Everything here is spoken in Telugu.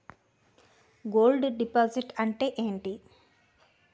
గోల్డ్ డిపాజిట్ అంతే ఎంటి?